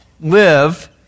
live